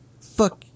fuck